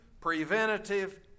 preventative